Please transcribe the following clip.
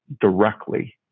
directly